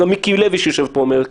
וגם מיקי לוי אומר לך את זה,